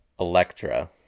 Electra